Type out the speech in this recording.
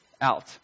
out